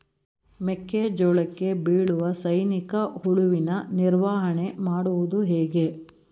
ಮೆಕ್ಕೆ ಜೋಳಕ್ಕೆ ಬೀಳುವ ಸೈನಿಕ ಹುಳುವಿನ ನಿರ್ವಹಣೆ ಮಾಡುವುದು ಹೇಗೆ?